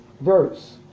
verse